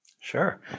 Sure